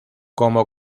como